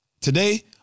Today